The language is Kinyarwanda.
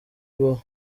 ibaho